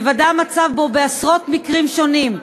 בהיוודע המצב, שבעשרות מקרים שונים,